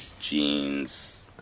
jeans